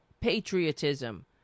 patriotism